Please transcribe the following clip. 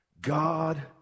God